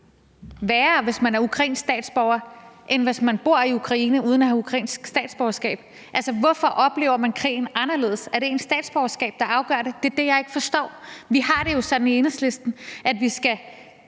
værre, hvis man er ukrainsk statsborger, end hvis man bor i Ukraine uden at have ukrainsk statsborgerskab? Altså, hvorfor oplever man krigen anderledes? Er det ens statsborgerskab, der afgør det? Det er det, jeg ikke forstår. Vi har det jo sådan i Enhedslisten, at vi skal